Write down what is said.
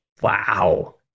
Wow